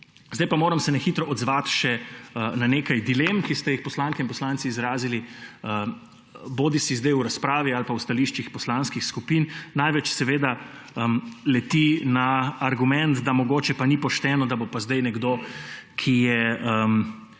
Na hitro se moram odzvati še na nekaj dilem, ki ste jih poslanke in poslanci izrazili bodisi zdaj v razpravi bodisi v stališčih poslanskih skupin. Največ seveda leti na argument, da mogoče ni pošteno, da bo pa zdaj nekdo prejemal